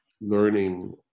learning